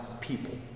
people